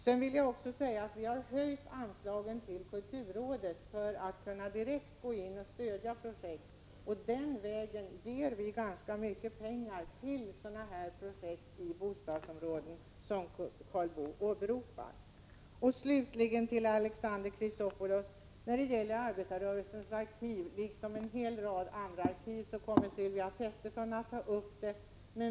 Kulturrådets anslag för att direkt kunna gå in och stödja olika projekt har också höjts, och den vägen ger vi ganska mycket pengar till sådana projekt i bostadsområden som Karl Boo talar om. Slutligen till Alexander Chrisopoulos: Sylvia Pettersson kommer att tala om Arbetarrörelsens arkiv och om en rad andra arkiv.